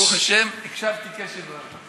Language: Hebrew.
ברוך השם הקשבתי קשב רב.